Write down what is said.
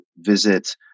visit